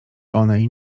onej